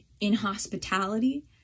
inhospitality